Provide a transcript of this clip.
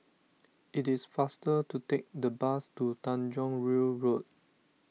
it is faster to take the bus to Tanjong Rhu Road